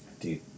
Dude